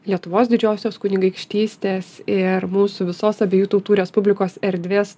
lietuvos didžiosios kunigaikštystės ir mūsų visos abiejų tautų respublikos erdvės